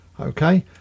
Okay